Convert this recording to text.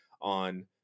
on